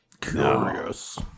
Curious